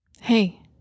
Hey